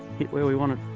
hit where we wanted.